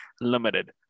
limited